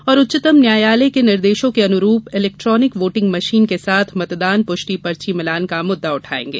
और उच्चतम न्यायालय के निर्देशों के अनुरूप इलेक्ट्रानिक वोटिंग मशीन के साथ मतदान पुष्टि पर्ची मिलान का मुद्दा उठायेंगे